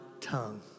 tongue